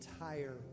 entire